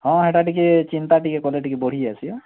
ହଁ ହେଇଟା ଟିକେ ଚିନ୍ତା ଟିକେ କଲେ ବଢ଼ି ଯାଏସି